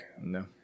No